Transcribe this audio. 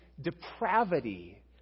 depravity